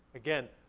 again,